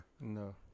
no